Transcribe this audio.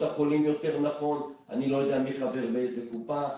אני לא יודע מי חבר באיזה קופה,